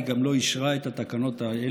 היא גם לא אישרה את התקנות האלו.